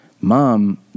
mom